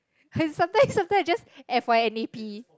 and sometimes sometimes I just F_Y_N_A_P